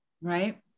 Right